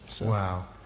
Wow